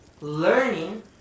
learning